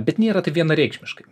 bet nėra taip vienareikšmiškai